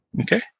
Okay